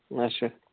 اچھا